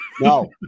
No